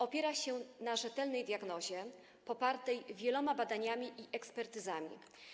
Opiera się na rzetelnej diagnozie popartej wieloma badaniami i ekspertyzami.